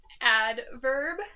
Adverb